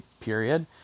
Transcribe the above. period